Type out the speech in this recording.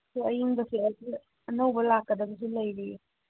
ꯑꯗꯣ ꯑꯏꯪꯕꯁꯦ ꯑꯅꯧꯕ ꯂꯥꯛꯀꯗꯕꯁꯨ ꯂꯩꯔꯤꯌꯦ